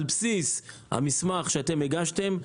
על בסיס המסמך שאתם הגשתם.